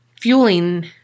fueling